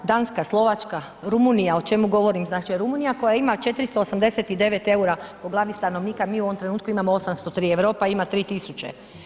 Pa Danska, Slovačka, Rumunija, o čemu govorim, znači Rumunija koja ima 489 eura po glavi stanovnika, mi u ovom trenutku imamo 803, Europa ima 3000.